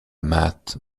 matt